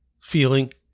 feeling